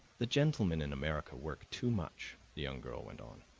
the gentlemen in america work too much, the young girl went on.